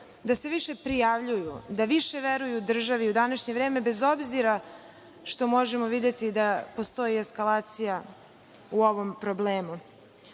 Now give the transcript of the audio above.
da sve više prijavljuju, da više veruju državi u današnje vreme, bez obzira što možemo videti da postoji eskalacija u ovom problemu.